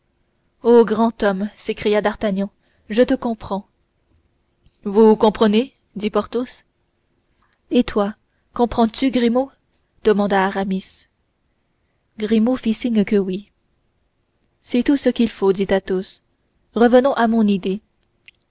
o grand homme s'écria d'artagnan je te comprends vous comprenez dit porthos et toi comprends-tu grimaud demanda aramis grimaud fit signe que oui c'est tout ce qu'il faut dit athos revenons à mon idée